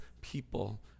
people